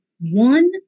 one